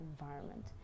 environment